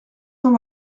cent